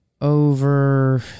over